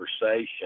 conversation